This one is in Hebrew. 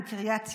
בקריית ים,